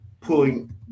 pulling